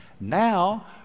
now